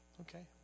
okay